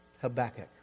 Habakkuk